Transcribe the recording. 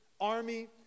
army